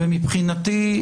מבחינתי,